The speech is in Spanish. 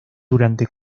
durante